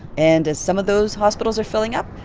and as some of those hospitals are filling up,